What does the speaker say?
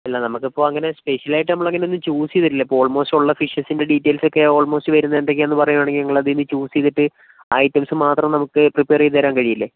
അല്ല നമുക്കിപ്പോൾ അങ്ങനെ സ്പെഷ്യൽ ആയിട്ട് നമ്മളങ്ങനെ ഒന്നും ചൂസ് ചെയ്തിട്ടില്ല ഇപ്പോൾ ഓൾമോസ്റ്റ് ഉള്ള ഫിഷെസിൻ്റെ ഡീറ്റെയിൽസ് ഒക്കെ ഓൾമോസ്റ്റ് വരുന്നത് എന്തൊക്കെയാണെന്ന് പറയുവാണെങ്കിൽ നമ്മള് അതിൽനിന്ന് ചൂസ് ചെയ്തിട്ട് ആ ഐറ്റംസ് മാത്രം നമുക്ക് പ്രിപ്പയറ് ചെയ്ത് തരാൻ കഴിയില്ലേ